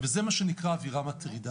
וזה מה שנקרא "אווירה מטרידה".